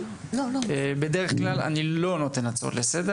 ולרוב אני לא מאפשר,